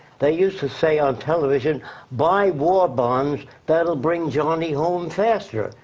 they used to say on television buy war bonds. that will bring johnny home faster.